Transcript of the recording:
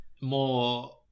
more